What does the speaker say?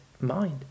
mind